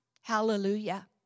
Hallelujah